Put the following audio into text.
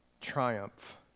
triumph